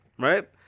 right